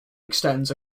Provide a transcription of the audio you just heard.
extends